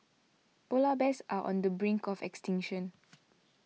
Polar Bears are on the brink of extinction